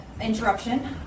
interruption